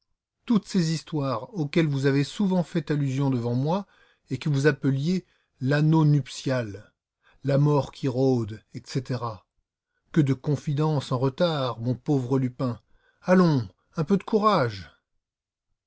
toutes ces histoires auxquelles vous avez souvent fait allusion devant moi et que vous appeliez l'anneau nuptial la mort qui rôde etc que de confidences en retard mon pauvre lupin allons un peu de courage